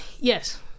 yes